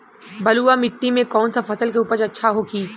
बलुआ मिट्टी में कौन सा फसल के उपज अच्छा होखी?